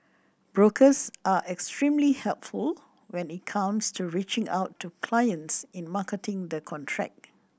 brokers are extremely helpful when it comes to reaching out to clients in marketing the contract